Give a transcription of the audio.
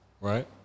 Right